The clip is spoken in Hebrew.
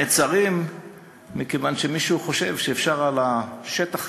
נעצרים מכיוון שמישהו חושב שאפשר על השטח